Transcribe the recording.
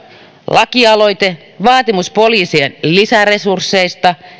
lakialoite vaatimus poliisien lisäresursseista